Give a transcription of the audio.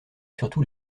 surtout